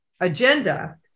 agenda